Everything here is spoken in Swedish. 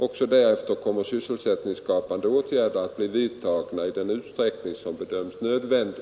Också därefter kommer sysselsättningsskapande åtgärder att bli vidtagna i den utsträckning som bedöms nödvändig.